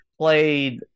played